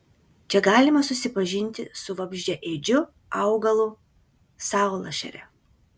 čia galima susipažinti su vabzdžiaėdžiu augalu saulašare